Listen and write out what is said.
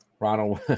Ronald